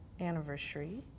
anniversary